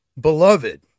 beloved